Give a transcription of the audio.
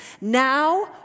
Now